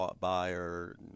buyer